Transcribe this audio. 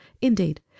indeed